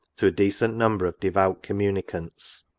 to a decent number of devout communicants.